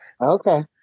Okay